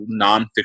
nonfiction